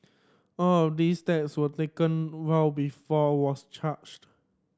all of these steps were taken well before was charged